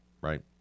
right